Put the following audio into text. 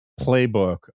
playbook